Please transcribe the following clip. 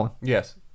Yes